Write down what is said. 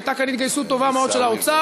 הייתה כאן התגייסות טובה מאוד של האוצר,